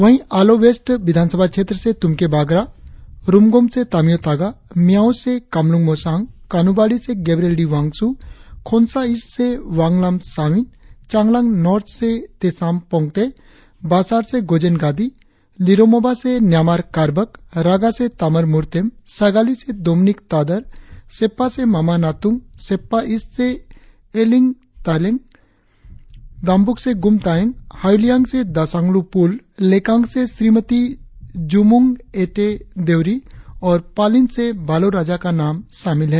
वही आलो वेस्ट विधानसभा क्षेत्र से तुमके बागरा रुमगोंग से तामियो तागा मियाओ से कामलुंग मोसांग कानुबाड़ी से Gabriel D Wangsu Khonsa East से वांगलाम सांविन चांगलाग नॉर्थ से तेसाम रोंग्ते बासार से गोजेन गादी लिरोमोबा से न्यामार कारबाक रागा से तामर मुर्तेम सागाली से दोमिनिक तादर सेप्पा से माम नातूंग सेप्पा ईस्ट से येरलिंग ताईलिग दामबुक से गुम तायेंग हायुलियांग से दासालु पुल लेकांग से श्रीमति जुमुंग एटे देउरी और पालीन से बालो राजा का नाम शामिल है